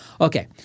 Okay